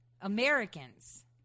Americans